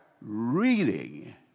reading